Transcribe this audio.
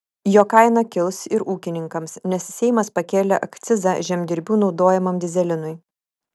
jo kaina kils ir ūkininkams nes seimas pakėlė akcizą žemdirbių naudojamam dyzelinui